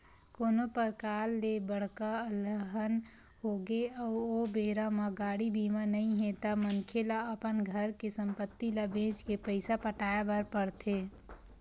कोनो परकार ले बड़का अलहन होगे अउ ओ बेरा म गाड़ी बीमा नइ हे ता मनखे ल अपन घर के संपत्ति ल बेंच के पइसा पटाय बर पड़थे